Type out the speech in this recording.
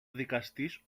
δικαστής